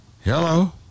Hello